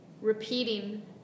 repeating